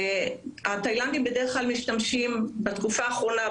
התאילנדים בדרך כלל משתמשים, בתקופה האחרונה,